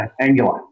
Angular